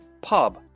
Pub